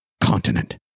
continent